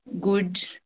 good